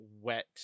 wet